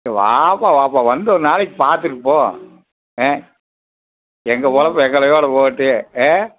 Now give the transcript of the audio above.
வாப்பா வாப்பா வந்து ஒரு நாளைக்கு பார்த்துட்டு போ ஆ எங்கள் பொழப்பு எங்களோடு போகட்டும் ஆ